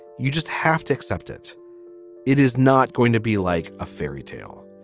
you just have to accept it it is not going to be like a fairy tale.